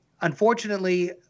Unfortunately